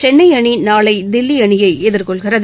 சென்னை அணி நாளை தில்லியை எதிர்கொள்கிறது